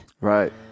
Right